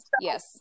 Yes